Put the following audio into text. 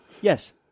Yes